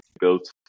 built